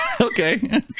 Okay